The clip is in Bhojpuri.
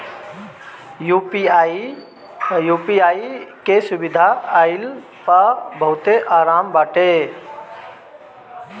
यू.पी.आई के सुविधा आईला पअ बहुते आराम बाटे